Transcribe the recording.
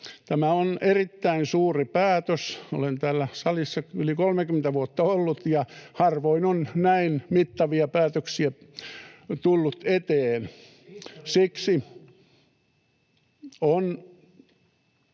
Tämä on erittäin suuri päätös. Olen täällä salissa yli 30 vuotta ollut, ja harvoin on näin mittavia päätöksiä tullut eteen. [Tuomas